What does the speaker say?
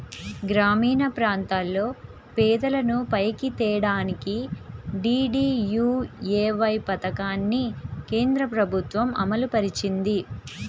గ్రామీణప్రాంతాల్లో పేదలను పైకి తేడానికి డీడీయూఏవై పథకాన్ని కేంద్రప్రభుత్వం అమలుపరిచింది